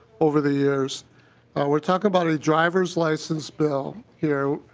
over the years we are talk about ah drivers license bill here.